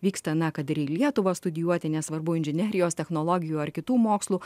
vyksta na kad ir į lietuvą studijuoti nesvarbu inžinerijos technologijų ar kitų mokslų